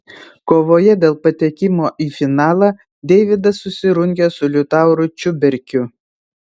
kovoje dėl patekimo į finalą deividas susirungė su liutauru čiuberkiu